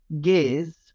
gaze